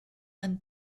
and